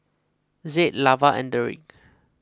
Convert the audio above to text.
Zaid Lavar and Deric